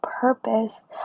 purpose